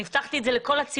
אני הבטחתי את זה לכל הציבור.